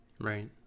Right